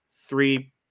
three